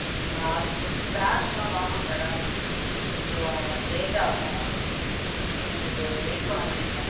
அப்படிங்களா அதை கொஞ்சம் கேர்ஃபுல்லாக வாங்கணும் மேடம் கொஞ்சம் லேட் ஆகும் உங்களுக்கு வெயிட் பண்ணணும் நீங்கள்